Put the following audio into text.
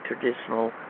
traditional